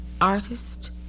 artist